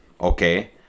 Okay